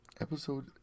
episode